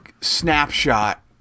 snapshot